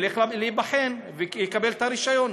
ילך להיבחן ויקבל את הרישיון.